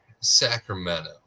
Sacramento